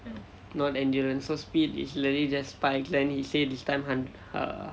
not endurance so speed is really just spike the he say this time hundred err